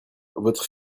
votre